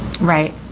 Right